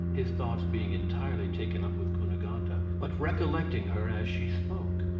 his thoughts being entirely taken up with cunegonde and but recollecting her as she spoke.